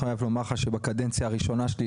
אני חייב לומר לך שבקדנציה הראשונה שלי,